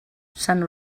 sant